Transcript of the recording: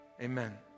amen